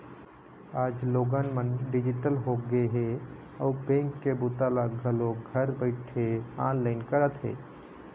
आज लोगन मन डिजिटल होगे हे अउ बेंक के बूता ल घलोक घर बइठे ऑनलाईन करत हे